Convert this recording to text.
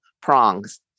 prongs